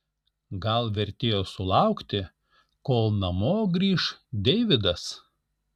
gal vertėjo sulaukti kol namo grįš deividas